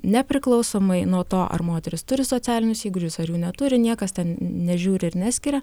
nepriklausomai nuo to ar moteris turi socialinius įgūdžius ar jų neturi niekas ten nežiūri ir neskiria